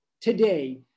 today